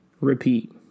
Repeat